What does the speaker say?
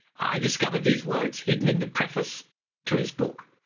i discovered these words hidden in the preface to his book,